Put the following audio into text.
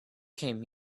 came